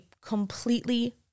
completely